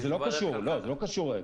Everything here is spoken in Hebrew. לא, זה לא קשור.